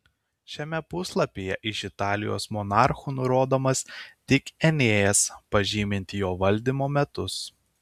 šiame puslapyje iš italijos monarchų nurodomas tik enėjas pažymint jo valdymo metus